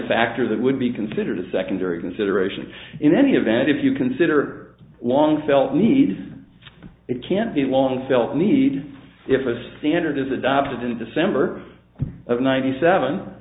factor that would be considered a secondary consideration in any event if you consider a long felt need it can't be long felt need if a standard is adopted in december of ninety seven